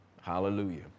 Hallelujah